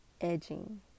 Edging